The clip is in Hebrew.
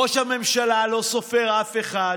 ראש הממשלה לא סופר אף אחד.